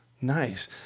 Nice